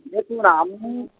দেখুন আমি